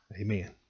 Amen